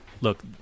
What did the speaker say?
look